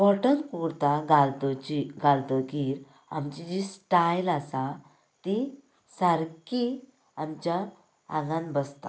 cotton kurta घालतकीर घालतकीर आमची जी स्टायल आसा ती सारकी आमच्या आंगान बसता